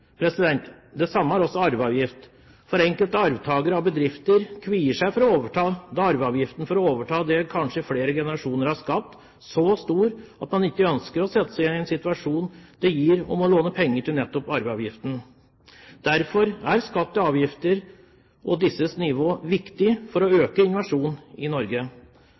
Det samme gjelder arveavgiften, for enkelte arvtakere til bedrifter kvier seg for å overta da arveavgiften for å overta det som kanskje flere generasjoner har skapt, er så stor. Man ønsker kanskje ikke å sette seg i den situasjon at man må låne penger til nettopp arveavgiften. Derfor er skatt og avgifter og nivået på disse viktig for å øke innovasjonen i Norge.